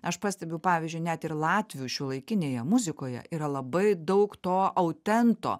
aš pastebiu pavyzdžiui net ir latvių šiuolaikinėje muzikoje yra labai daug to autento